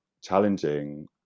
challenging